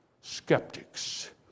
skeptics